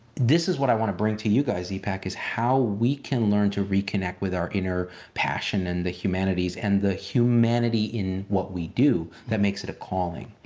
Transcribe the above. this is what i want to bring to you guys, z-pac, is how we can learn to reconnect with our inner passion and the humanities and the humanity in what we do that makes it a calling.